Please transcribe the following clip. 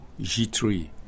G3